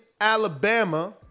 Alabama